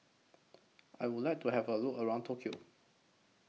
I Would like to Have A Look around Tokyo